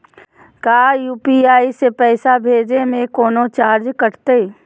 का यू.पी.आई से पैसा भेजे में कौनो चार्ज कटतई?